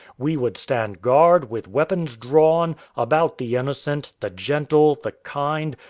we would stand guard, with weapons drawn, about the innocent, the gentle, the kind,